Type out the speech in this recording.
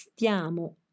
Stiamo